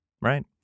right